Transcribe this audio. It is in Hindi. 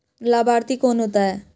लाभार्थी कौन होता है?